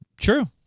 True